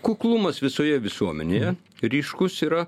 kuklumas visoje visuomenėje ryškus yra